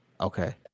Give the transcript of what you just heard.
Okay